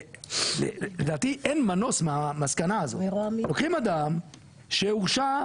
ולדעתי אין מנוס מהמסקנה הזאת, לוקחים אדם שהורשע